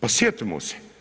Pa sjetimo se.